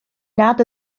nad